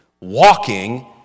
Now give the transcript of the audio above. walking